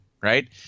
right